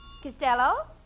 Costello